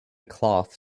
cloth